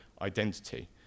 identity